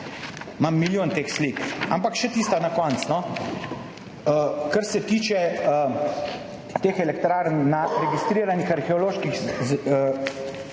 imam milijon teh slik, ampak tista na koncu, kar se tiče teh elektrarn na registriranih arheoloških